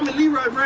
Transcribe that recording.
leroy